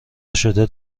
نشده